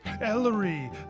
Ellery